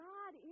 God